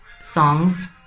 songs